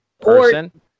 person